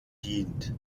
dient